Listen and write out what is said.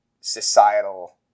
societal